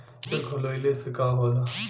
एकर खोलवाइले से का होला?